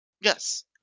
Yes